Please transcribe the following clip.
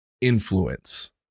influence